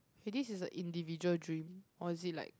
k this is a individual dream or is it like